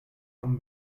vom